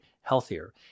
healthier